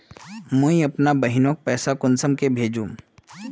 मुई अपना बहिनोक पैसा कुंसम के भेजुम?